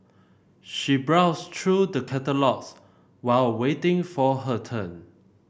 she browsed trough the catalogues while waiting for her turn